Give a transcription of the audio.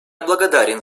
благодарен